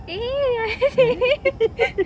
eh